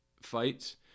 fights